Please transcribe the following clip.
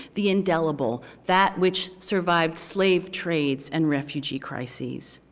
the indelible, that which survived slave trades and refugee crises?